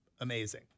amazing